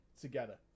together